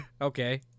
Okay